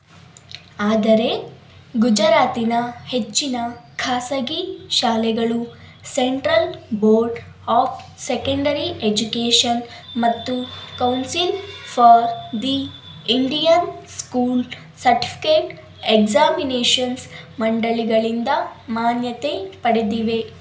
ಆದರೆ ಗುಜರಾತಿನ ಹೆಚ್ಚಿನ ಖಾಸಗಿ ಶಾಲೆಗಳು central board of secondary education ಮತ್ತು council for the Indian school certificate examinations ಮಂಡಳಿಗಳಿಂದ ಮಾನ್ಯತೆ ಪಡೆದಿವೆ